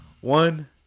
one